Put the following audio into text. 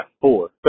four